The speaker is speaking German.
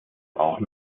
auch